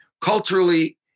culturally